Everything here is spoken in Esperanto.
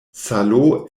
salo